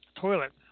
toilet